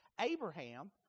Abraham